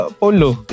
polo